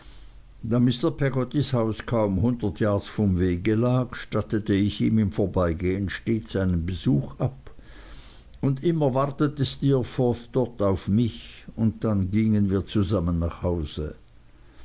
da mr peggottys haus kaum hundert yards vom wege lag stattete ich ihm im vorbeigehen stets einen besuch ab und immer wartete steerforth dort auf mich und dann gingen wir zusammen nach hause